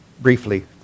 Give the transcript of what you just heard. briefly